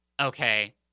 Okay